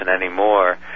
anymore